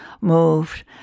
moved